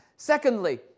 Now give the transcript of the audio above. Secondly